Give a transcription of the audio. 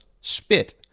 spit